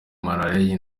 maraliya